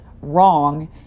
wrong